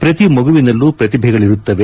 ಪ್ರತಿ ಮಗುವಿನಲ್ಲೂ ಪ್ರತಿಭೆಗಳಿರುತ್ತವೆ